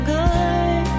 good